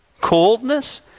Coldness